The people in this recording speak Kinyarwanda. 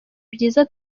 byiza